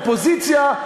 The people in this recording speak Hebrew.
האופוזיציה,